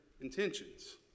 intentions